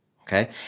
okay